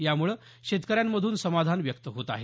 यामुळे शेतकऱ्यांमधून समाधान व्यक्त होत आहे